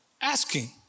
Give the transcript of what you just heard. asking